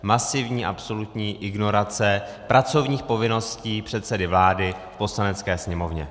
Masivní absolutní ignorace pracovních povinností předsedy vlády k Poslanecké sněmovně.